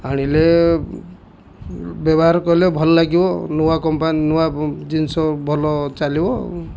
ଆଣିଲେ ବ୍ୟବହାର କଲେ ଭଲ ଲାଗିବ ନୂଆ କମ୍ପାନୀ ନୂଆ ଜିନିଷ ଭଲ ଚାଲିବ ଆଉ